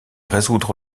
résoudre